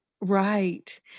Right